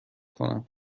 کنم